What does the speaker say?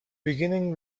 beginning